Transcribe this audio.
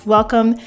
Welcome